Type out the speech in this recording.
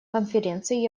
конференции